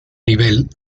nivel